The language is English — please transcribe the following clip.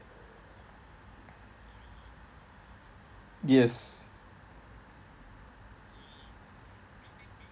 yes